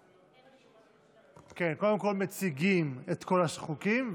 קודם כול מציגים את כל החוקים,